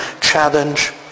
challenge